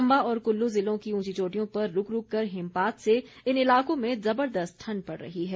चंबा और कुल्लू ज़िलों की ऊंची चोटियों पर रूक रूक कर हिमपात से इन इलाकों में जबरदस्त ठंड पड़ रही है